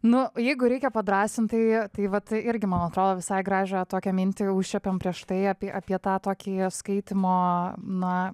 na jeigu reikia padrąsint tai tai va tai irgi man atrodo visai gražią tokią mintį užčiuopėm prieš tai apie apie tą tokį skaitymo na